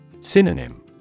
Synonym